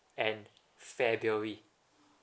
and february